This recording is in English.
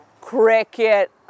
cricket